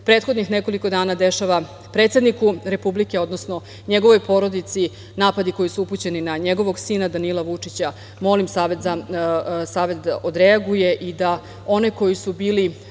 prethodnih nekoliko dana dešava predsedniku Republike, odnosno njegovoj porodici, napadi koji su upućeni na njegovog sina Danila Vučića, molim Savet da odreaguje i da oni koji su bili